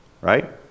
right